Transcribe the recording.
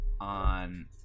on